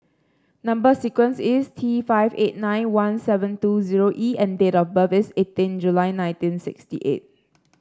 number sequence is T five eight nine one seven two zero E and date of birth is eighteen July nineteen sixty eight